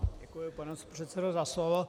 Děkuji, pane předsedo, za slovo.